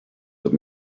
that